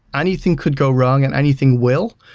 anything could go wrong and anything will.